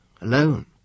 alone